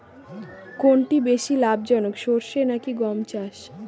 কোনটি বেশি লাভজনক সরষে নাকি গম চাষ?